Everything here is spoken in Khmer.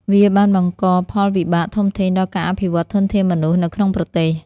វាបានបង្កផលវិបាកធំធេងដល់ការអភិវឌ្ឍន៍ធនធានមនុស្សនៅក្នុងប្រទេស។